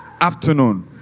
Afternoon